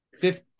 fifth